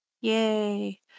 Yay